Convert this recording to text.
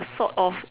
sort of